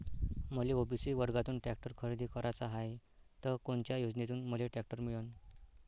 मले ओ.बी.सी वर्गातून टॅक्टर खरेदी कराचा हाये त कोनच्या योजनेतून मले टॅक्टर मिळन?